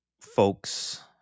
folks